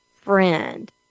friend